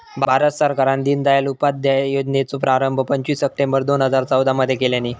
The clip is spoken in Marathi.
भारत सरकारान दिनदयाल उपाध्याय योजनेचो प्रारंभ पंचवीस सप्टेंबर दोन हजार चौदा मध्ये केल्यानी